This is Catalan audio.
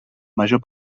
major